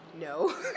No